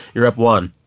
you're up one,